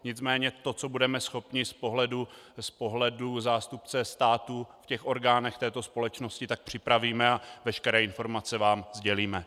Nicméně to, co budeme schopni z pohledu zástupce státu v orgánech této společnosti, připravíme a veškeré informace vám sdělíme.